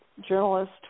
journalist